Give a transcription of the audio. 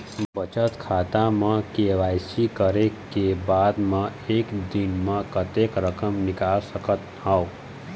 बचत खाता म के.वाई.सी करे के बाद म एक दिन म कतेक रकम निकाल सकत हव?